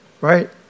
right